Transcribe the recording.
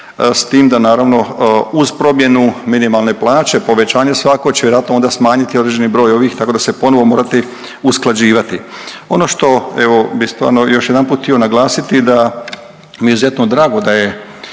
s tim da naravno uz promjenu minimalne plaće povećanje svako će vjerojatno onda smanjiti određeni broj ovih tako da će se ponovo morati usklađivati. Ono što, evo bi stvarno još jedanput htio naglasiti da mi je izuzetno drago da je